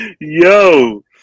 Yo